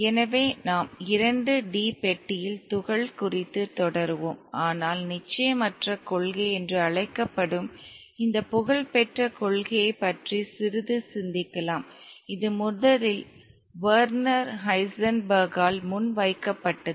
எனவே நாம் இரண்டு டி பெட்டியில் துகள் குறித்து தொடருவோம் ஆனால் நிச்சயமற்ற கொள்கை என்று அழைக்கப்படும் இந்த புகழ்பெற்ற கொள்கையைப் பற்றி சிறிது சிந்திக்கலாம் இது முதலில் வெர்னர் ஹைசன்பெர்க்கால் முன்வைக்கப்பட்டது